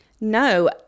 No